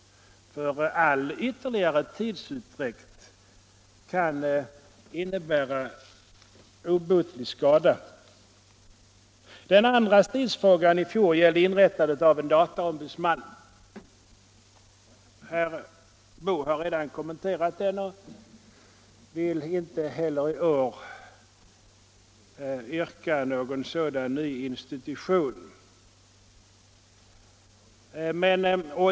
All ytterligare tidsutdräkt kan innebära stor skada. Den andra stridsfrågan i fjol gällde inrättande av en dataombudsman. Herr Boo har redan kommenterat den frågan och vill inte heller i år yrka på en sådan ny institution.